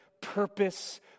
purpose